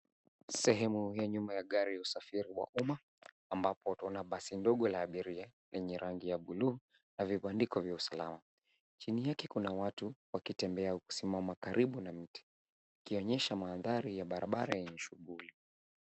Sehemu ya nyuma ya gari ya usafiri wa umma ambapo utaona basi ndogo la abiria vyenye rangi ya buluu na vibandiko vya usalama chini yake kuna watu wakitembea au kusimama karibu na mti ikionyesha mandhari ya bara bara yenye shughuli.